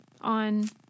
on